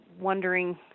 wondering